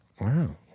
Wow